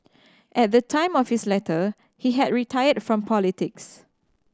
at the time of his letter he had retired from politics